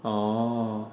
oh